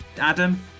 Adam